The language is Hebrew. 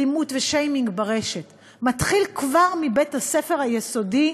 אלימות ושיימינג ברשת מתחילים כבר מבית-הספר היסודי,